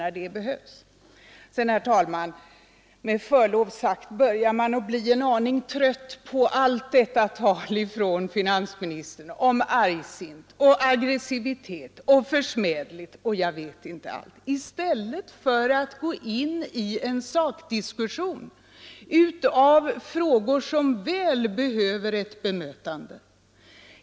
Med förlov sagt, herr talman, börjar man också bli en aning trött på allt detta tal från finansministern om argsinthet, om aggressivitet, om försmädlighet och jag vet inte allt, i stället för att gå in i en sakdiskussion av frågor som väl behöver ett bemötande.